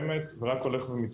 והביטוי הראשוני,